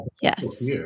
Yes